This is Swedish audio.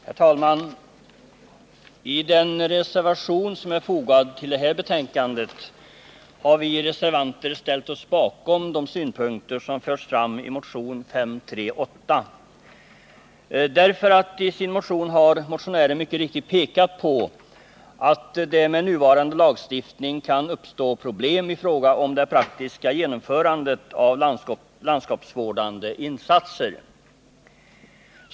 Herr talman! I den reservation som är fogad vid det här betänkandet sluter vi reservanter upp kring de synpunkter som anlagts i motionen 538. Motionären pekar mycket riktigt på att det med nuvarande lagstiftning kan uppstå problem i fråga om det praktiska genomförandet av landskapsvårdande insatser.